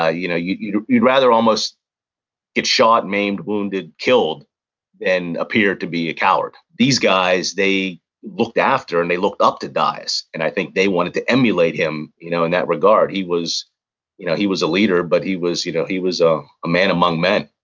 ah you know you'd you'd rather almost get shot, maimed, wounded, killed than appear to be a coward. these guys, they looked after and they looked up to dyess, and i think they wanted to emulate him you know in that regard. he was you know he was a leader, but he was you know he was a a man among men,